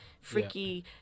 freaky